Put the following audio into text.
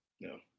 No